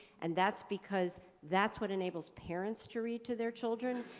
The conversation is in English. and that's because that's what enables parents to read to their children.